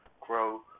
grow